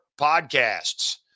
podcasts